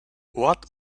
what